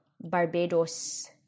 Barbados